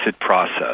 process